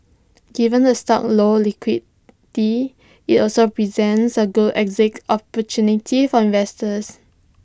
given the stock low liquidity IT also presents A good exit opportunity for investors